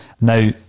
Now